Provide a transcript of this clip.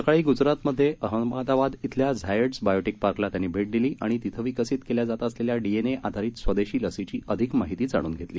सकाळी ग्जरात मध्ये अहमदाबाद इथल्या झायड्स बायोटीक पार्कला त्यांनी भेट दिली आणि तिथं विकसीत केल्या जात असलेल्या डीएने आधारित स्वदेशी लसीची अधिक माहिती जाणून घेतली